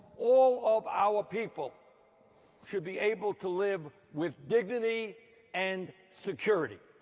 all of our people should be able to live with dignity and security.